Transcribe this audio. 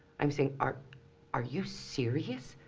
i'm saying, are are you serious?